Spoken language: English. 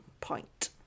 point